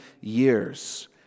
years